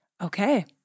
Okay